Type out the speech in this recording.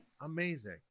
Amazing